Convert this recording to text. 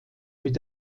mit